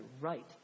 right